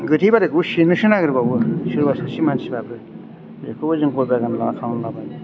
गोथैबारिखौबो सेनोसो नागिरबावो सोरबा सासे मानसिफ्राबो बेखौबो जों गय बागान खालामनानै लाबाय